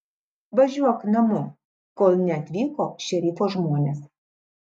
važiuok namo kol neatvyko šerifo žmonės